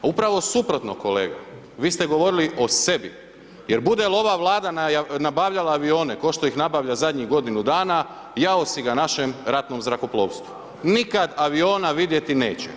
Pa upravo suprotno kolega, vi ste govorili o sebi, jer bude li ova Vlada nabavljala avione košto ih nabavlja zadnjih godinu dana, jao si ga našem ratnom zrakoplovstvu, nikad aviona vidjeti neće.